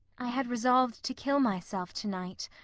i had resolved to kill myself to-night.